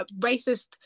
racist